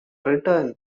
written